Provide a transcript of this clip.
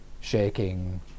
shaking